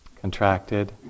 Contracted